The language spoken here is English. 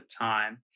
time